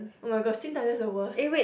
oh-my-god Teen Titans is the worst